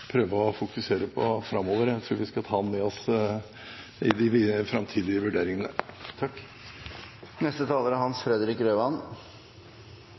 prøve å fokusere på framover. Jeg tror vi skal ta den med oss i de framtidige vurderingene. Såkornfondene er